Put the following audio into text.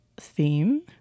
theme